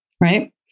right